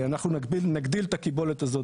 אנחנו נגדיל את הקיבולת הזאת.